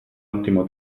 ottimo